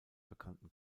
bekannten